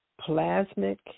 plasmic